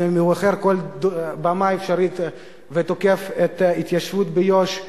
שבוחר כל במה אפשרית ותוקף את ההתיישבות ביהודה ושומרון,